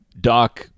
Doc